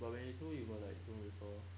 but when you do you got like you don't refer